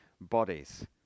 bodies